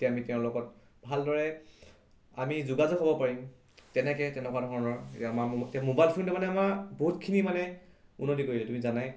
তেতিয়া আমি তেওঁৰ লগত ভালদৰে আমি যোগাযোগ হ'ব পাৰিম তেনেকৈ তেনেকুৱা ধৰণাৰ এতিয়া আমাৰ মোবাইল ফোনটো মানে আমাৰ বহুতখিনি মানে উন্নতি কৰিলে তুমি জানাই